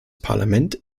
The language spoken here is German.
parlament